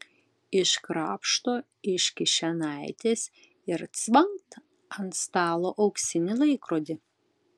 iškrapšto iš kišenaitės ir cvangt ant stalo auksinį laikrodį